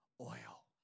oil